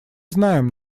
знаем